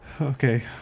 Okay